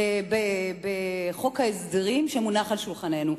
בחוק ההסדרים שמונח על שולחננו.